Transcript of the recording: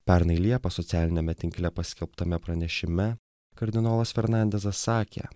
pernai liepą socialiniame tinkle paskelbtame pranešime kardinolas fernandesas sakė